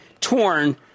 torn